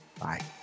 Bye